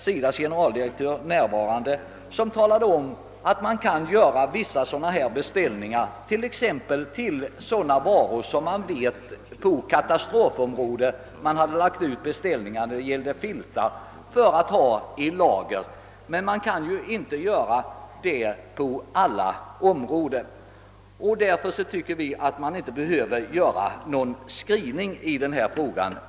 SIDA:s generaldirektör var närvarande och talade om att man redan nu kan göra vissa beställningar och som exempel nämnde han att man lagt ut beställningar på filtar för att ha på lager för katastrofhotade områden. Därför tycker vi att man inte behöver göra någon skrivning i denna fråga.